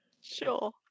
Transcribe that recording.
Sure